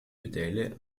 medaille